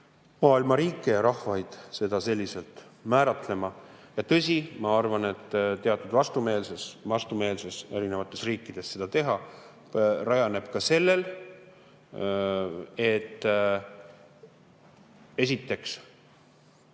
maailma riike ja rahvaid seda selliselt määratlema. Ja tõsi, ma arvan, et teatud vastumeelsus erinevates riikides selle suhtes rajaneb ka sellel, et esiteks,